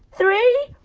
three.